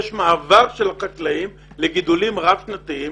יש מעבר של החקלאים לגידולים רב שנתיים